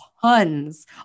tons